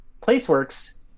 PlaceWorks